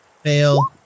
Fail